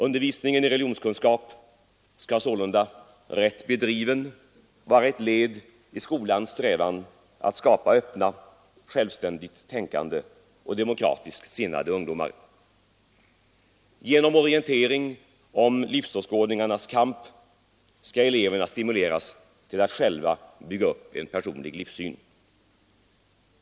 Undervisningen i religionskunskap skall sålunda, rätt bedriven, vara ett led i skolans strävan att skapa öppna, självständigt tänkande och demokratiskt sinnade ungdomar. Genom orientering om livsåskådningarnas kamp skall eleverna stimuleras till att själva bygga upp en personlig livssyn.